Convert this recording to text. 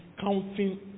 counting